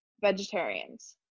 vegetarians